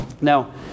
Now